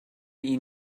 ihn